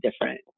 different